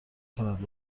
کند